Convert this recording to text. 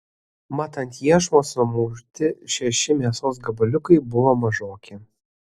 mat ant iešmo sumauti šeši mėsos gabaliukai buvo mažoki